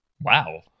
Wow